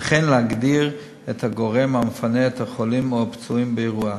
וכן להגדיר את הגורם המפנה את החולים או הפצועים באירוע.